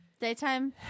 Daytime